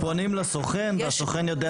הם פונים לסוכן והסוכן יודע לטפל בהם יפה מאוד.